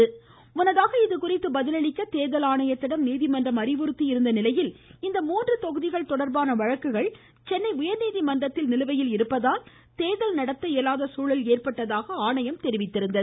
என்றும் முன்னதாக இதுகுறித்து பதிலளிக்க தேர்தல் ஆணையத்திடம் நீதிமன்றம் அறிவுறுத்தியிருந்த நிலையில் இந்த மூன்று தொகுதிகள் தொடர்பான வழக்குகள் சென்னை உயா்நீதிமன்றத்தில் நிலுவையில் இருப்பதால் தேர்தல் நடத்த இயலாத சூழல் ஏற்பட்டதாக ஆணையம் தெரிவித்திருந்தது